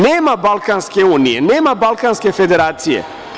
Nema Balkanske unije, nema Balkanske federacije.